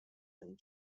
and